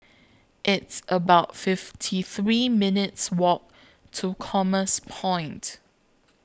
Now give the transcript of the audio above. It's about fifty three minutes' Walk to Commerce Point